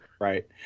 Right